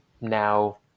now